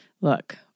Look